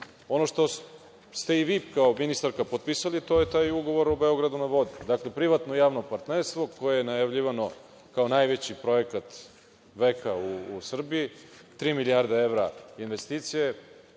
ono što ste i vi kao ministarka potpisali, to je taj Ugovor o „Beograd na vodi“. Dakle, privatno-javno partnerstvo koje je najavljivano kao najveći projekat veka u Srbiji, tri milijarde evra investicije,